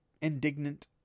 indignant